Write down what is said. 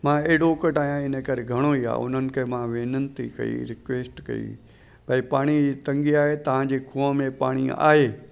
मां अहिड़ो कट आहियां इन करे घणो ई आहे उन्हनि खे मां वेनिती कई रिक्वेस्ट कई भई पाणी जी तंगी आए तव्हांजे खूह में पाणी आहे